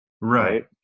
right